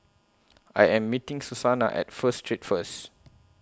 I Am meeting Susannah At First Street First